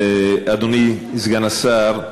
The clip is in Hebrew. אדוני סגן השר,